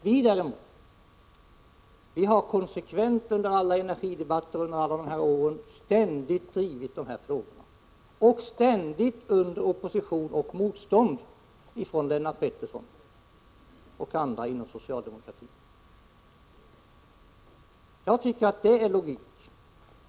Vi däremot har konsekvent i alla energidebatter drivit dessa frågor — och ständigt i opposition mot och under motstånd från Lennart Pettersson och andra inom socialdemokratin. Jag tycker att det är vi som har varit logiska.